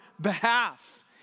behalf